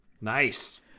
Nice